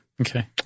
Okay